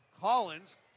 Collins